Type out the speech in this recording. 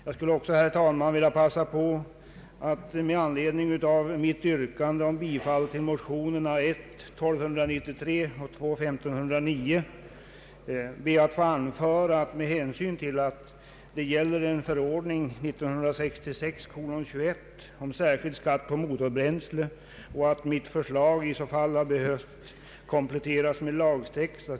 Jag har, herr talman, tidigare under debatten yrkat bifall till motionerna 1: 1293 och 11:1509. Med hänsyn till att det här gäller en förordning — förordningen 1966:21 om särskild skatt på motorbränslen — skulle mitt förslag ha behövt kompletteras med lagtext.